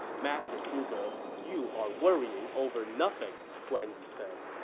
master zhuge, you are worrying over nothing! guan yu said.